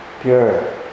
Pure